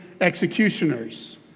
executioners